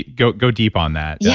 go go deep on that. yeah